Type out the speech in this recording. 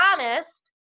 honest